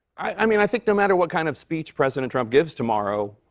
i mean, i think no matter what kind of speech president trump gives tomorrow,